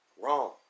wrong